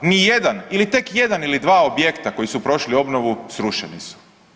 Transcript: Nijedan ili tek jedan ili dva objekta koji su prošli obnovu srušeni su.